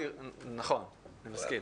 נכון, אני מסכים.